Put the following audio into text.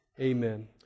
Amen